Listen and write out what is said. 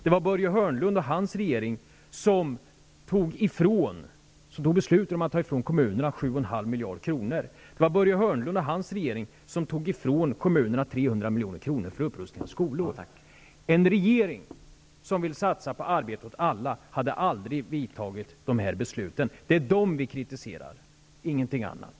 Det var Börje Hörnlund och hans regering som fattade beslut om att ta ifrån kommunerna 7,5 miljarder kronor. Det var Börje Hörnlund och hans regering som tog ifrån kommunerna 300 milj.kr. för upprustning av skolor. En regering som vill satsa på arbete åt alla hade aldrig fattat dessa beslut. Det är dessa beslut som vi kritiserar, ingenting annat.